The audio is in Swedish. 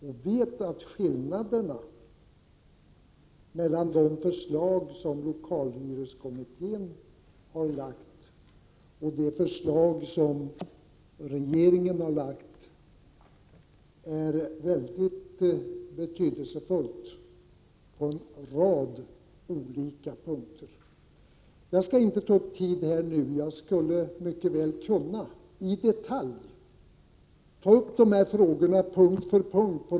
Han vet att skillnaderna mellan det förslag lokalhyreskommittén har lagt fram och regeringens förslag är betydande på en rad olika punkter. Jag skall inte ta upp tid här nu. Jag skulle mycket väl kunna i detalj ta upp dessa frågor punkt för punkt.